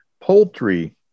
poultry